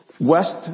west